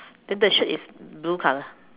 then the shirt is blue color